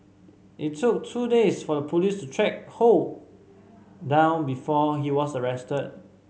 it took two days for the police track Ho down before he was arrested